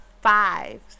five